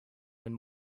when